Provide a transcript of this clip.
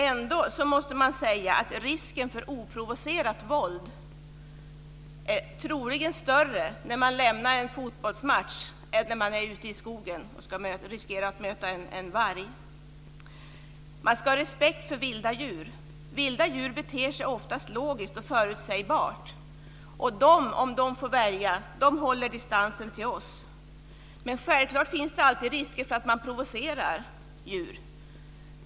Ändå måste man säga att risken för oprovocerat våld är troligen större när man lämnar en fotbollsmatch än när man finns i skogen och riskerar att möta en varg. Man ska ha respekt för vilda djur. Vilda djur beter sig oftast logiskt och förutsägbart. Om de får välja håller de distansen till oss. Men självklart finns det alltid risk om man provocerar djur.